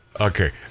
Okay